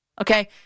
Okay